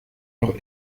doch